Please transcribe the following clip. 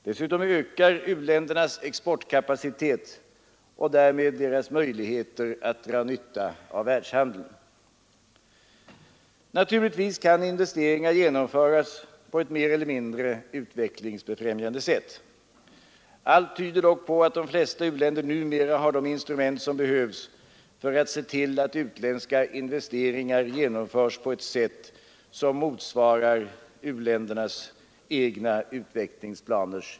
Dessutom ökar u-ländernas exportkapacitet och därmed deras möjligheter att dra nytta av världshandeln. Naturligtvis kan investeringar genomföras på ett mer eller mindre utvecklingsfrämjande sätt. Allt tyder dock på att de flesta u-länder numera har de instrument som behövs för att se till att utländska investeringar genomförs på ett sätt som motsvarar intentionerna i u-ländernas egna utvecklingsplaner.